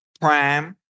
Prime